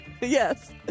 Yes